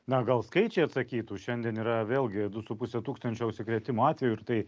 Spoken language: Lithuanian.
na gal skaičiai atsakytų šiandien yra vėlgi du su puse tūkstančio užsikrėtimo atvejų ir tai